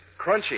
crunchy